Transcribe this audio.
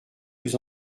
plus